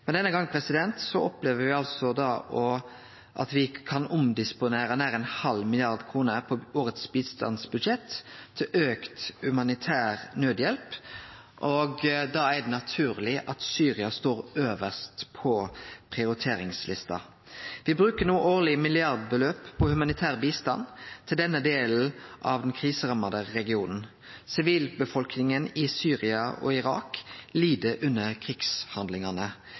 Men denne gongen opplever me at me kan omdisponere nær ein halv milliard kroner på årets bistandsbudsjett til auka humanitær naudhjelp, og da er det naturleg at Syria står øvst på prioriteringslista. Me brukar no årleg milliardbeløp på humanitær bistand til denne delen av den kriseramma regionen. Sivilbefolkninga i Syria og Irak lid under krigshandlingane.